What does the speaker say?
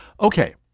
ok,